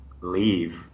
leave